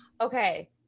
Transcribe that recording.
Okay